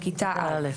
כן, בכיתה א'.